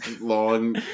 long